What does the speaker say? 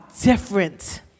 different